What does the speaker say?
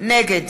נגד